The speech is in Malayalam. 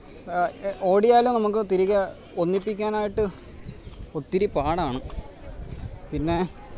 ഓടിയാലും നമുക്ക് തിരികെ ഒന്നിപ്പിക്കാനായിട്ട് ഒത്തിരി പാടാണ് പിന്നെ